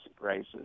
races